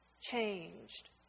changed